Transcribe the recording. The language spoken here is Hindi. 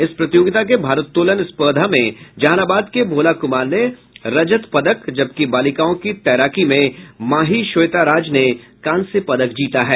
इस प्रतियोगिता के भारोत्तोलन स्पर्धा में जहानाबाद के भोला कुमार ने रजद पदक जबकि बालिकाओं की तैराकी में माही श्वेता राज ने कांस्य पदक जीता है